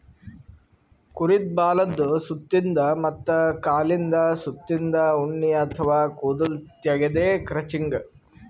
ಕುರಿದ್ ಬಾಲದ್ ಸುತ್ತಿನ್ದ ಮತ್ತ್ ಕಾಲಿಂದ್ ಸುತ್ತಿನ್ದ ಉಣ್ಣಿ ಅಥವಾ ಕೂದಲ್ ತೆಗ್ಯದೆ ಕ್ರಚಿಂಗ್